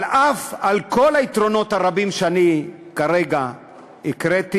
אבל על אף כל היתרונות הרבים שאני כרגע ציינתי